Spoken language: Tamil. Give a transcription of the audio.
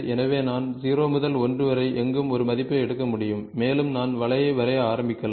எனவே நான் 0 முதல் 1 வரை எங்கும் ஒரு மதிப்பை எடுக்க முடியும் மேலும் நான் வளைவை வரைய ஆரம்பிக்கலாம்